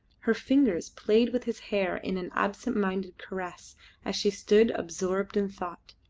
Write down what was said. her fingers played with his hair in an absent-minded caress as she stood absorbed in thought.